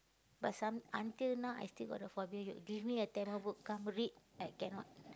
but some until now I still got the phobia you give me a Tamil book come read I cannot